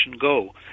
go